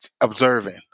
observing